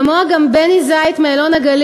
כמוה גם בני זית מאלון-הגליל,